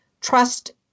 trust